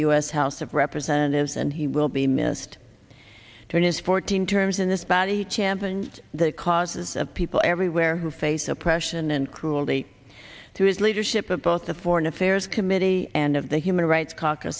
u s house of representatives and he will be missed turn his fourteen terms in this body championed the causes of people everywhere who face oppression and cruelty to his leadership of both the foreign affairs committee and of the human rights c